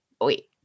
Wait